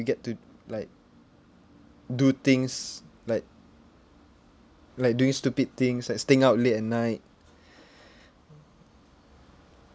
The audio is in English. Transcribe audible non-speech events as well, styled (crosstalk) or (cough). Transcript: you get to like do things like like doing stupid things like staying out late at night (breath)